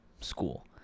school